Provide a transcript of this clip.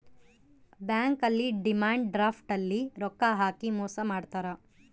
bank ಅಲ್ಲಿ demand draft ಅಲ್ಲಿ ರೊಕ್ಕ ಹಾಕಿ ಮೋಸ ಮಾಡ್ತಾರ